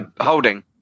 Holding